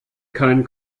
keinen